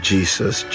Jesus